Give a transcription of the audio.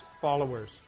followers